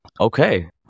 Okay